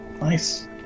nice